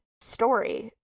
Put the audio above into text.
story